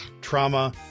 Trauma